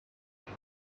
just